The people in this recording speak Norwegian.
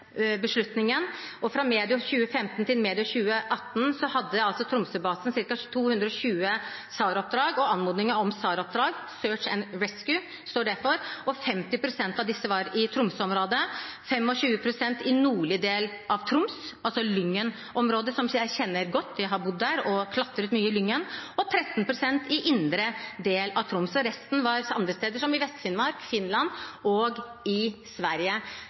beslutningen. Fra medio 2015 til medio 2018 hadde altså Tromsø-basen ca. 220 SAR-oppdrag, «Search and Rescue»-oppdrag. 50 prosent av disse var i Tromsø-området, 25 pst. var i den nordlige delen av Troms, altså Lyngen-området, som jeg kjenner godt – jeg har bodd der og klatret mye i Lyngen – og 13 pst. i indre del av Troms. Resten var andre steder, som i Vest-Finnmark, Finland og Sverige.